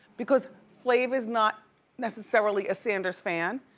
because flav is not necessarily a sanders fan.